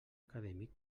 acadèmic